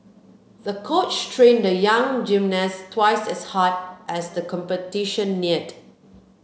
the coach trained the young gymnast twice as hard as the competition neared